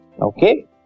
okay